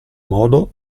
modo